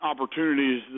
opportunities